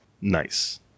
nice